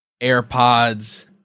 AirPods